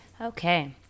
okay